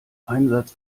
einsatz